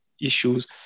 issues